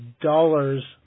dollars